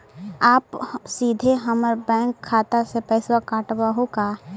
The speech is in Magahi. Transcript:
आप सीधे हमर बैंक खाता से पैसवा काटवहु का?